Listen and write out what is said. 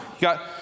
got